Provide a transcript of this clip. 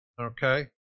okay